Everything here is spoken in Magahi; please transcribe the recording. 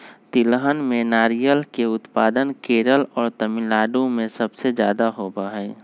तिलहन में नारियल के उत्पादन केरल और तमिलनाडु में सबसे ज्यादा होबा हई